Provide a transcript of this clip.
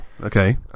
Okay